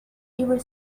ever